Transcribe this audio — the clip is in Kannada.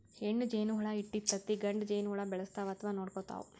ಹೆಣ್ಣ್ ಜೇನಹುಳ ಇಟ್ಟಿದ್ದ್ ತತ್ತಿ ಗಂಡ ಜೇನಹುಳ ಬೆಳೆಸ್ತಾವ್ ಅಥವಾ ನೋಡ್ಕೊತಾವ್